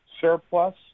surplus